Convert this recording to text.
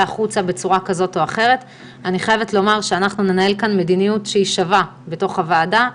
שלום לכולם, אני פותחת את ישיבת ועדת הבריאות.